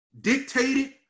dictated